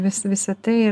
vis visa tai